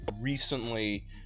recently